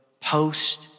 post